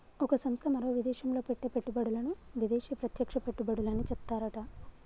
ఒక సంస్థ మరో విదేశంలో పెట్టే పెట్టుబడులను విదేశీ ప్రత్యక్ష పెట్టుబడులని చెప్తారట